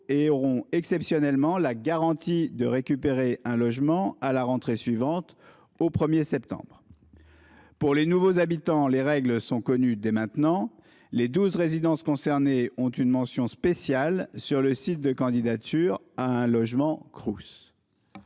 bénéficieront exceptionnellement de la garantie de pouvoir récupérer un logement à la rentrée suivante, dès le 1 septembre. Pour les nouveaux habitants, les règles sont connues dès à présent : les douze résidences concernées ont une mention spéciale sur le site de candidature à un logement Crous.